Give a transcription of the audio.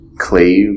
clave